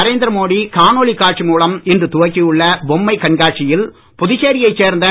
நரேந்திர மோடி காணொளி காட்சி மூலம் இன்று துவக்கியுள்ள பொம்மை கண்காட்சியில் புதுச்சேரியைச் சேர்ந்த திரு